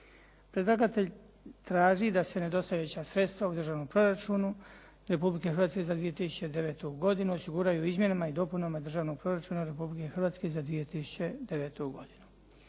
Predlagatelj traži da se nedostajuća sredstva u Državnom proračunu Republike Hrvatske za 2009. godinu osiguraju izmjenama i dopunama Državnog proračuna Republike Hrvatske za 2009. godinu.